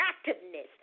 attractiveness